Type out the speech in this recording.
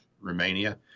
Romania